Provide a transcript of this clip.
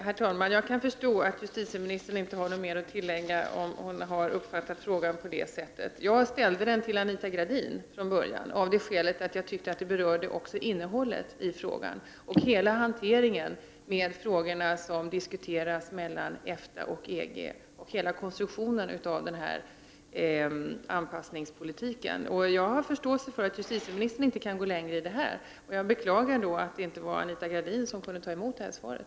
Herr talman! Jag kan förstå att justitieministern inte har något mer att tilllägga, om hon har uppfattat frågan på det sättet. Jag ställde frågan till Anita Gradin, eftersom jag tyckte att det gällde även innehållet, dvs. hanteringen av diskussionerna mellan EFTA och EG och hela konstruktionen av denna anpassningspolitik. Jag har förståelse för att justitieministern inte kan gå längre än så här, och jag beklagar då att Anita Gradin inte kunde svara på frågorna.